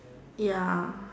ya